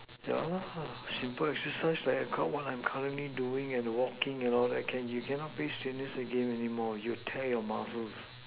ya lah simple exercise like what I'm currently doing and walking and all that can you cannot play strenuous game anymore you'll tear your muscles